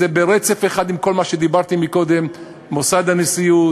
זה ברצף אחד עם כל מה שאמרתי קודם: מוסד הנשיאות,